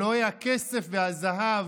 אלוהי הכסף והזהב,